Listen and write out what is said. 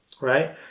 right